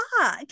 talk